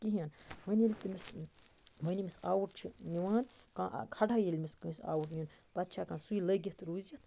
کِہیٖنۍ وۄنۍ ییٚلہِ تٔمِس وۄنۍ ییمِس اَوُٹ چھِ نِوان کانٛہہ کھڑہے ییٚلہِ ییٚمِس کٲنٛسہِ اَوُٹ نِن پَتہٕ چھُ ہیٚکان سُے لٲگَتھ روٗزِتھ